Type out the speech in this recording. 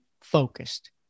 focused